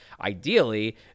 ideally